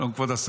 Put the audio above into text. שלום, כבוד השר.